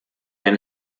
ein